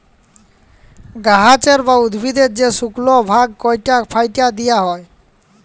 গাহাচের বা উদ্ভিদের যে শুকল ভাগ ক্যাইটে ফ্যাইটে দিঁয়া হ্যয়